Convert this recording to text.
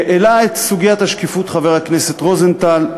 העלה את סוגיית השקיפות חבר הכנסת רוזנטל.